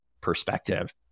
perspective